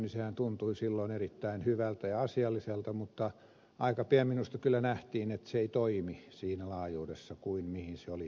sehän tuntui silloin erittäin hyvältä ja asialliselta mutta aika pian minusta kyllä nähtiin että se ei toimi siinä laajuudessa kuin mihin se oli tarkoitettu